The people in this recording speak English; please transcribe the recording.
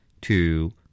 Two